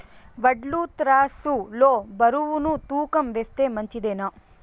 వడ్లు త్రాసు లో బరువును తూకం వేస్తే మంచిదేనా?